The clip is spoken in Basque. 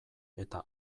eta